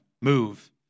Move